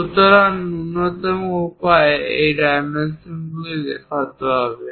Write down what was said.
সুতরাং ন্যূনতম উপায়ে এই ডাইমেনশনগুলি দেখাতে হবে